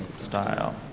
style.